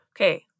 Okay